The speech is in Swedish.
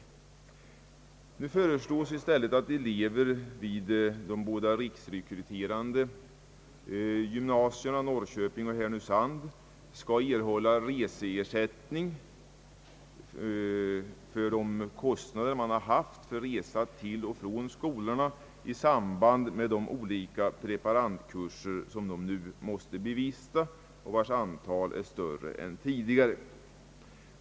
Därför föreslås i stället att elever vid våra riksrekryterande gymnasier i Norrköping och Härnösand skall erhålla reseersättning för de kostnader som de har för resor till och från skolorna i samband med de olika preparandkurser som de nu måste bevista och vilkas antal är större än tidigare.